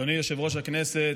אדוני יושב-ראש הכנסת,